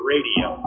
Radio